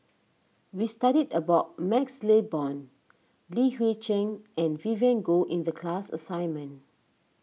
we studied about MaxLe Blond Li Hui Cheng and Vivien Goh in the class assignment